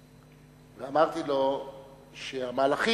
שרון ואמרתי לו שהמהלכים